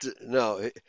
No